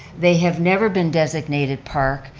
they have never been designated park,